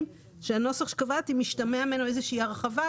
ואמרה שמשתמעת מהנוסח שקבעתי איזושהי הרחבה,